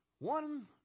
One